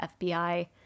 FBI